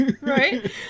Right